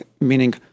meaning